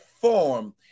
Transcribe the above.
form